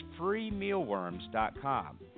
freemealworms.com